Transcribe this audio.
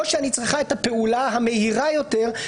או שאני צריכה את הפעולה המהירה יותר,